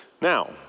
Now